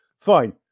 Fine